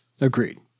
Agreed